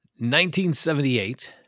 1978